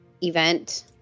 event